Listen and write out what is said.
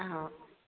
ꯑꯥꯎ